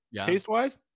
Taste-wise